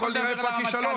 קודם כול, נראה איפה הכישלון.